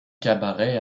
cabaret